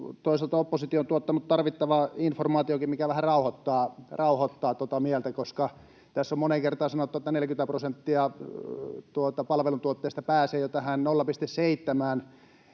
toisaalta tuottanut tarvittavaa informaatiotakin, mikä vähän rauhoittaa tuota mieltä, koska tässä on moneen kertaan sanottu, että 40 prosenttia palveluntuottajista pääsee jo tähän